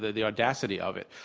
the the audacity of it.